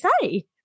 say